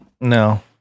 No